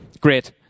Great